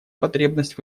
потребность